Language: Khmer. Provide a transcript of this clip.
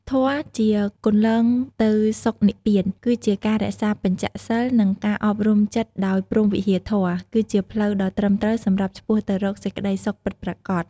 ធម៌ជាគន្លងទៅសុខនិព្វាន គឺជាការរក្សាបញ្ចសីល និងការអប់រំចិត្តដោយព្រហ្មវិហារធម៌ គឺជាផ្លូវដ៏ត្រឹមត្រូវសម្រាប់ឆ្ពោះទៅរកសេចក្តីសុខពិតប្រាកដ។